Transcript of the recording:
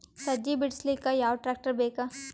ಸಜ್ಜಿ ಬಿಡಿಸಿಲಕ ಯಾವ ಟ್ರಾಕ್ಟರ್ ಬೇಕ?